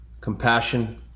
compassion